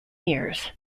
years